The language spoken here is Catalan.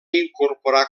incorporar